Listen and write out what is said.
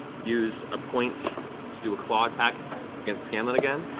use a point to do a claw attack against scanlan again.